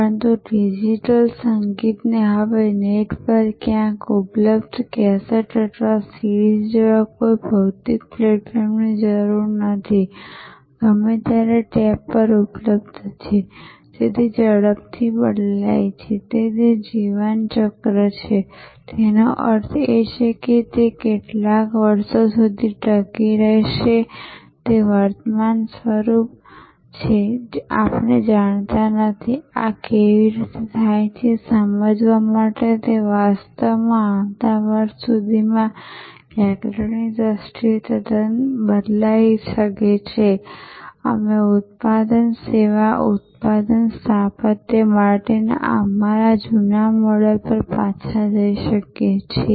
પરંતુ ડિજિટલ સંગીતને હવે નેટ પર ક્યાંક ઉપલબ્ધ કેસેટ અથવા સીડી જેવા કોઈ ભૌતિક પ્લેટફોર્મની જરૂર નથી ગમે ત્યારે ટૅપ પર ઉપલબ્ધ છે જેથી ઝડપથી બદલાય છે જેથી તે જીવન ચક્ર છે તેનો અર્થ એ કે તે કેટલા વર્ષો સુધી ટકી રહેશે તે વર્તમાન સ્વરૂપ છે જે આપણે જાણતા નથી આ કેવી રીતે થાય છે તે સમજવા માટે તે વાસ્તવમાં આવતા વર્ષ સુધીમાં વ્યાકરણની દૃષ્ટિએ તદ્દન બદલાઈ શકે છે અમે ઉત્પાદન સેવા ઉત્પાદન સ્થાપત્ય માટેના અમારા જૂના મોડેલ પર પાછા જઈ શકીએ છીએ